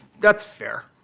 that's fair.